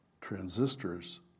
transistors